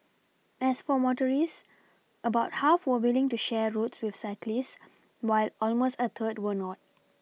as for motorists about half were willing to share roads with cyclists while almost a third were not